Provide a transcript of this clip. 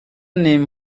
name